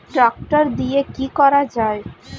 Tractor দিয়ে কি করা যায়?